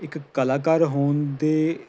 ਇੱਕ ਕਲਾਕਾਰ ਹੋਣ ਦੇ